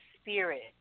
spirit